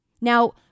Now